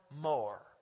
more